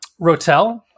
Rotel